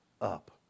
up